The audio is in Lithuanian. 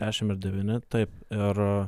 dešimt ir devyni taip ir